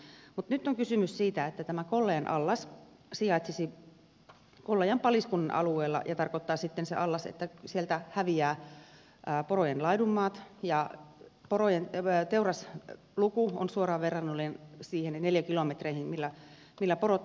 mutta nyt on kysymys siitä että tämä kollajan allas sijaitsisi kollajan paliskunnan alueella ja se allas tarkoittaa että sieltä häviävät porojen laidunmaat ja porojen teurasluku on suoraan verrannollinen neliökilometreihin millä porot laiduntavat